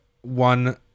one